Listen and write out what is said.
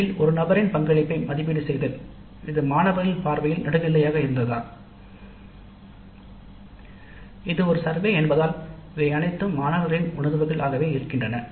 குழுவில் ஒரு நபரின் பங்களிப்பை மதிப்பீடு செய்தல் இது மாணவர்களின் பார்வையில் நடுநிலையாக இருந்ததா இது ஒரு சர்வே என்பதால் இவை அனைத்தையும் மாணவர்களின் உணர்வுகள் ஆகவே இருக்கின்றன